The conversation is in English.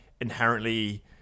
inherently